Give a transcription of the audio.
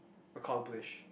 accomplish